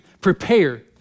prepare